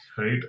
Right